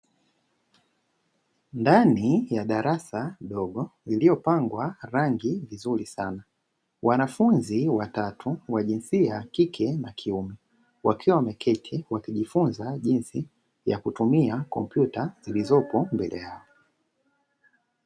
Ndani ya darasa dogo, lililopakwa rangi vizuri sana. Wanafunzi watatu wa jinsia ya kike na kiume, wakiwa wameketi wakijifunza jinsi ya kutumia kompyuta zilizoko mbele yao.